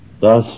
Thus